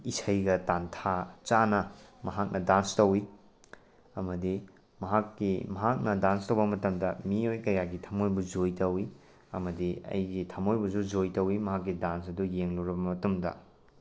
ꯏꯁꯩꯒ ꯇꯥꯟꯊꯥ ꯆꯥꯅ ꯃꯍꯥꯛꯅ ꯗꯥꯟꯁ ꯇꯧꯏ ꯑꯃꯗꯤ ꯃꯍꯥꯛꯀꯤ ꯃꯍꯥꯛꯅ ꯗꯥꯟꯁ ꯇꯧꯕ ꯃꯇꯝꯗ ꯃꯤꯑꯣꯏ ꯀꯌꯥꯒꯤ ꯊꯃꯣꯏꯕꯨ ꯖꯣꯏ ꯇꯧꯏ ꯑꯃꯗꯤ ꯑꯩꯒꯤ ꯊꯃꯣꯏꯕꯨꯁꯨ ꯖꯣꯏ ꯇꯧꯏ ꯃꯍꯥꯛꯀꯤ ꯗꯥꯟꯁ ꯑꯗꯨ ꯌꯦꯡꯂꯨꯔꯕ ꯃꯇꯨꯡꯗ